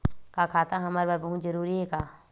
का खाता हमर बर बहुत जरूरी हे का?